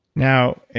now,